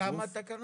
כמה תקנות?